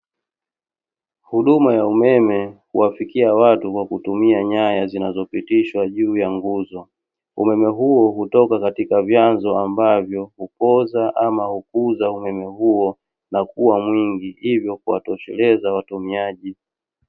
Huduma ya umeme huwafikia watu kwa kutumia nyaya zinazopitishwa juu ya nguzo, umeme huu hutoka katika vyanzo ambavyo hupooza ama hukuza umeme huo, na kuwa mwingi hivyo kuwatosheleza watumiaji.